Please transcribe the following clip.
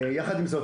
יחד עם זאת,